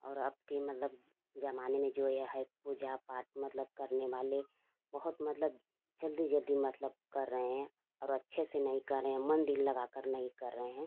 और अब के मतलब ज़माने में जो या है पूजा पाठ मतलब करने वाले बहुत मतलब जल्दी जल्दी मतलब कर रहे हैं और अच्छे से नहीं कर रहे हैं मन दिल लगाकर नहीं कर रहे हैं